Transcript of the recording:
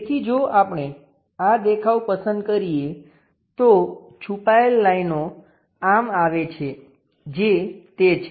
તેથી જો આપણે આ દેખાવ પસંદ કરીએ તો છુપાયેલ લાઈનો આમ આવે છે જે તે છે